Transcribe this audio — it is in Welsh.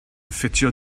ffitio